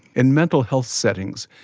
in mental health settings,